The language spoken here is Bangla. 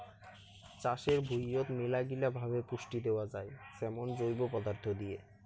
চাষের ভুঁইয়ত মেলাগিলা ভাবে পুষ্টি দেয়া যাই যেমন জৈব পদার্থ দিয়ে